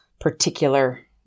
particular